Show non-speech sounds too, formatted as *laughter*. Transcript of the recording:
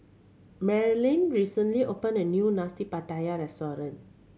Marilynn recently opened a new Nasi Pattaya *unintelligible*